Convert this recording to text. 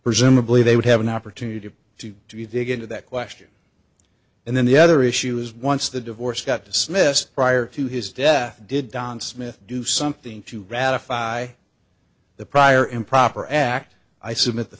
presumably they would have an opportunity to to be dig into that question and then the other issue is once the divorce got dismissed prior to his death did don smith do something to ratify the prior improper act i submit the